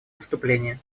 выступление